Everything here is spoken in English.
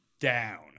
down